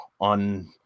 on